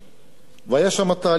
והיה שם תהליך מאוד פשוט.